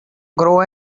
grow